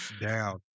down